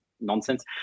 nonsense